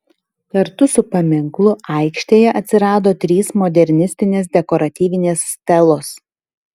kartu su paminklu aikštėje atsirado trys modernistinės dekoratyvinės stelos